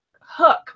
hook